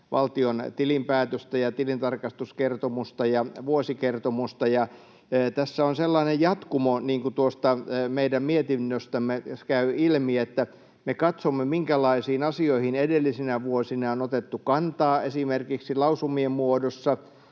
valtion tilinpäätöstä ja tilintarkastuskertomusta ja vuosikertomusta, ja tässä on sellainen jatkumo, niin kuin tuosta meidän mietinnöstämme käy ilmi, että me katsomme, minkälaisiin asioihin edellisinä vuosina on otettu kantaa esimerkiksi lausumien muodossa,